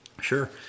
Sure